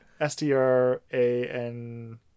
S-T-R-A-N